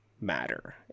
matter